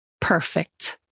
Perfect